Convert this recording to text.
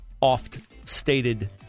oft-stated